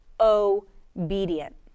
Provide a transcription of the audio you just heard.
obedient